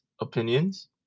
opinions